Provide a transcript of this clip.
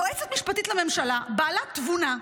יועצת משפטית לממשלה בעלת תבונה,